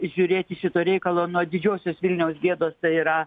žiūrėti šito reikalo nuo didžiosios vilniaus gėdos tai yra